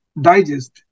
digest